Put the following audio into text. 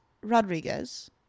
Rodriguez